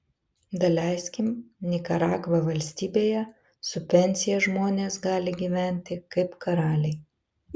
daleiskim nikaragva valstybėje su pensija žmonės gali gyventi kaip karaliai